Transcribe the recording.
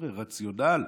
חבר'ה, רציונל,